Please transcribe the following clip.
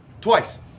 twice